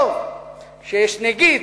טוב שיש נגיד